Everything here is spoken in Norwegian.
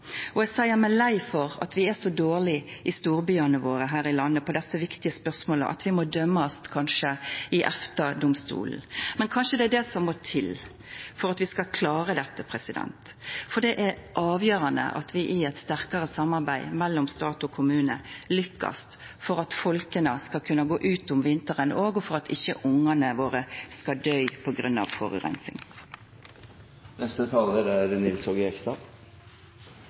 Og eg seier meg lei for at vi er så dårlege i storbyane våre her i landet når det gjeld dette viktige spørsmålet, at vi må kanskje dømmast i EFTA-domstolen. Men kanskje det er det som må til for at vi skal klara dette. For det er avgjerande at vi i eit sterkare samarbeid mellom stat og kommune lykkast for at folk skal kunna gå ut om vinteren òg, og for at ikkje ungane våre skal døy på grunn av forureining. Først vil jeg berømme representanten Jan Bøhler for en viktig interpellasjon, og